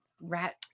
rat